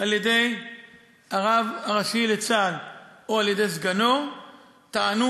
על-ידי הרב הראשי לצה"ל או על-ידי סגנו טענו